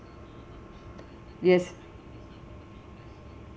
yes